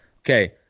Okay